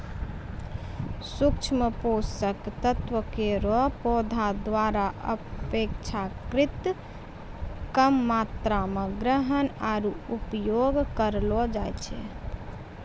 सूक्ष्म पोषक तत्व केरो पौधा द्वारा अपेक्षाकृत कम मात्रा म ग्रहण आरु उपयोग करलो जाय छै